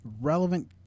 relevant